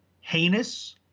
heinous